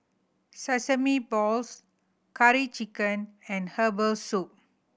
sesame balls Curry Chicken and herbal soup